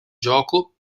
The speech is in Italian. gioco